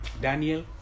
Daniel